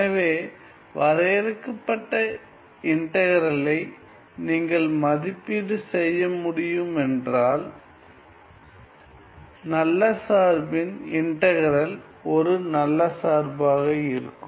எனவே வரையறுக்கப்பட்ட இன்டகிறலை நீங்கள் மதிப்பீடு செய்ய முடியும் என்றால் நல்ல சார்பின் இன்டகிறல் ஒரு நல்ல சார்பாக இருக்கும்